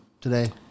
today